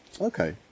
okay